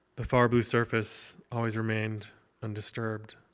the far blue surface always remained undisturbed.